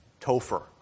Topher